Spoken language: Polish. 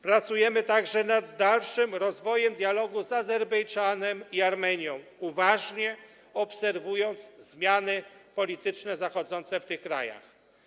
Pracujemy także nad dalszym rozwojem dialogu z Azerbejdżanem i Armenią, uważnie obserwując zmiany polityczne zachodzące w tych krajach.